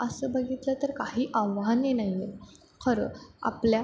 असं बघितलं तर काही आव्हाने नाही आहे खरं आपल्या